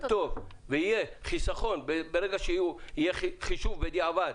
טוב ויהיה חיסכון ברגע שיהיה חישוב בדיעבד,